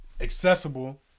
accessible